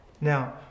Now